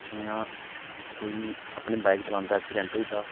जियां कोई अपनी बाइक चलांदा ते ऐक्सीडेंट होई जंदा